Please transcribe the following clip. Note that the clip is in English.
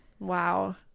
Wow